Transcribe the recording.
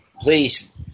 Please